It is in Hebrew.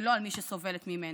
ולא על מי שסובלת ממנה.